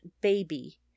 baby